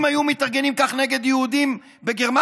אם היו מתארגנים כך נגד יהודים בגרמניה,